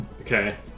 Okay